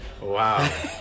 Wow